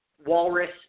walrus